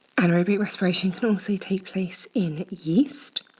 anaerobic respiration can also take place in yeast.